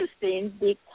interesting